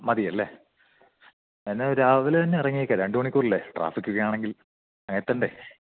മതിയല്ലേ എന്നാൽ രാവിലെത്തന്നെ ഇറങ്ങിയേക്കാം രണ്ട് മണിക്കൂറില്ലേ ട്രാഫിക്ക് ഒക്കെ ആണെങ്കിൽ അങ്ങെത്തണ്ടേ